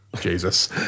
Jesus